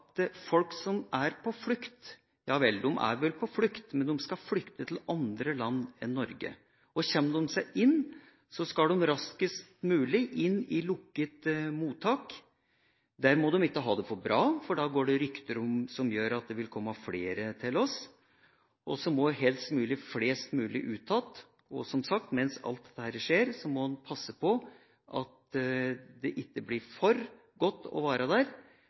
folk som er på flukt, ja, de er vel på flukt, men de skal flykte til andre land enn Norge. Kommer de seg inn, skal de raskest mulig inn i lukket mottak. Der må de ikke ha det for bra, for da går det rykter som gjør at det vil komme flere til oss. Flest mulig må helst også ut igjen, og, som sagt, mens alt dette skjer, må man passe på at det ikke blir for godt å være der,